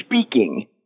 speaking